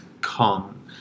Kong